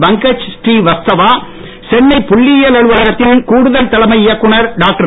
பங்கஜ் ஸ்ரீவத்சவா சென்னை புள்ளியியல் அலுவலகத்தின் கூடுதல் தலைமை இயக்குனர் டாக்டர்